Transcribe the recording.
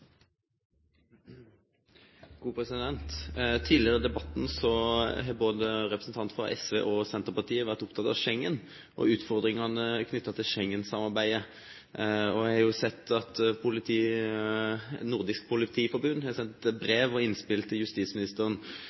fra Senterpartiet vært opptatt av Schengen og utfordringene knyttet til Schengensamarbeidet. Jeg har sett at Nordisk Politiforbund har sendt et brev og innspill til justisministeren